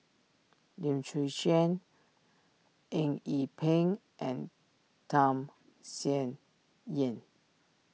Lim Chwee Chian Eng Yee Peng and Tham Sien Yen